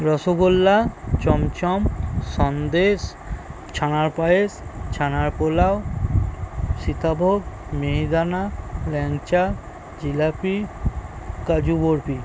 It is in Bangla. রসগোল্লা চমচম সন্দেশ ছানার পায়েস ছানার পোলাও সীতাভোগ মিহিদানা ল্যাংচা জিলাপি কাজু বরফি